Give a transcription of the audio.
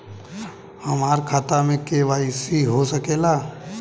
हमार खाता में के.वाइ.सी हो सकेला?